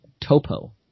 Topo